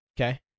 Okay